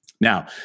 Now